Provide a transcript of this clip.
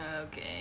okay